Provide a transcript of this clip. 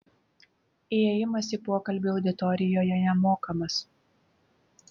įėjimas į pokalbį auditorijoje nemokamas